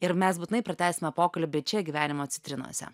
ir mes būtinai pratęsime pokalbį čia gyvenimo citrinose